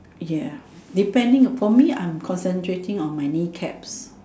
ya depending for me I am concentrating on my knee caps